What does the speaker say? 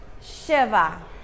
Shiva